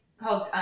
called